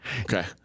Okay